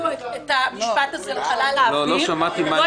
את המשפט הזה לחלל האוויר הדיון לא יימשך